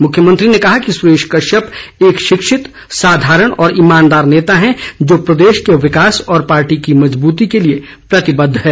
मुख्यमंत्री ने कहा कि सुरेश कश्यप एक शिक्षित साधारण और ईमानदार नेता हैं जो प्रदेश के विकास और पार्टी की मजबती के लिए प्रतिबद्ध है